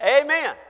Amen